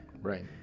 right